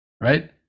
right